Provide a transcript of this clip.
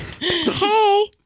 Hey